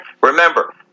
Remember